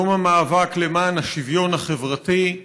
יום המאבק למען השוויון החברתי,